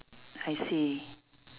I see